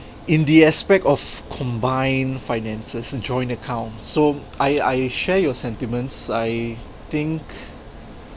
in the aspect of combined finances joint account so I I share your sentiments I think